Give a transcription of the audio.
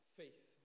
faith